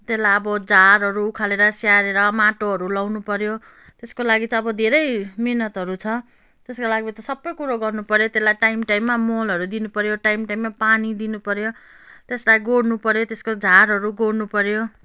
त्यसलाई अब झारहरू उखालेर स्याहारेर माटोहरू लगाउनु पऱ्यो त्यसको लागि चाहिँ अब धेरै मिहिनेतहरू छ त्यसको लागि सबै कुरो गर्नुपऱ्यो त्यसलाई टाइम टाइममा मलहरू दिनुपर्यो टाइम टाइममा पानी दिनुपऱ्यो त्यसलाई गोड्नु पऱ्यो त्यसको झारहरू गोड्नु पऱ्यो